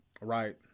Right